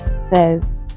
says